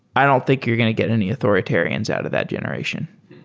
i don't think you're going to get any authoritarians out of that generations.